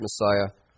messiah